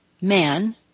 man